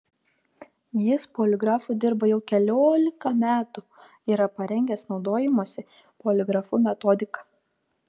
jis poligrafu dirba jau keliolika metų yra parengęs naudojimosi poligrafu metodiką